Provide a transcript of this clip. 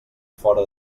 fora